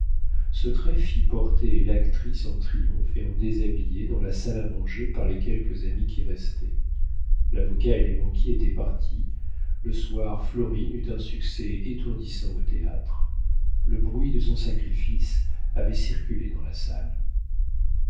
ce trait fit porter l'actrice en triomphe et en déshabillé dans la salle à manger par les quelques amis qui restaient l'avocat et les banquiers étaient partis le soir florine eut un succès étourdissant au théâtre le bruit de son sacrifice avait circulé dans la salle